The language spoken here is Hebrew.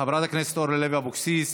חברת הכנסת אורלי לוי אבקסיס,